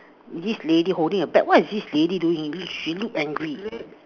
this lady holding a pet what is this lady doing she look angry